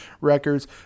records